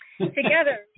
Together